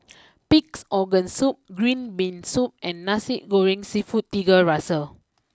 Pig's Organ Soup Green Bean Soup and Nasi Goreng Seafood Tiga Rasa